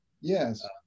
Yes